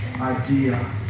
idea